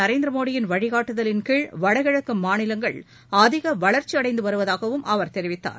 நரேந்திரமோடியின் வழிகாட்டுதலின் கீழ் வடகிழக்கு மாநிலங்கள் அதிக வளர்ச்சி அடைந்து வருவதாகவும் அவர் தெரிவித்தார்